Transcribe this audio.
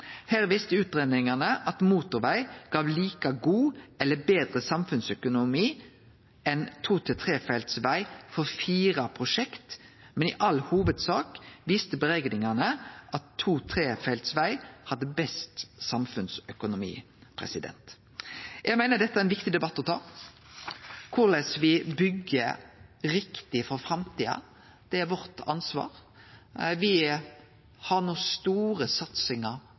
Her viste utgreiinga at motorveg gav like god samfunnsøkonomi som eller betre samfunnsøkonomi enn to-/trefeltsveg for fire prosjekt, men i all hovudsak viste berekningane at to-/trefeltsveg hadde best samfunnsøkonomi. Eg meiner dette er ein viktig debatt å ta. Korleis me byggjer riktig for framtida, er vårt ansvar. Me har no store satsingar